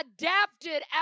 adapted